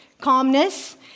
calmness